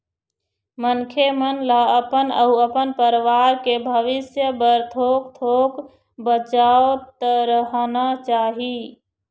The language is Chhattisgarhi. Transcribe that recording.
मनखे मन ल अपन अउ अपन परवार के भविस्य बर थोक थोक बचावतरहना चाही